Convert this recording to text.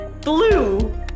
blue